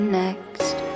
next